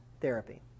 therapy